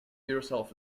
yourself